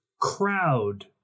crowd